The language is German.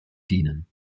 dienen